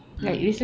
mm